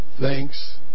thanks